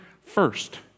first